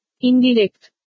Indirect